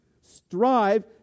strive